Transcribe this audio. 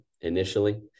initially